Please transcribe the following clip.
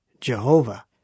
Jehovah